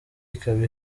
ikaba